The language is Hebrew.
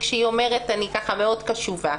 כשהיא אומרת, אני מאוד קשובה.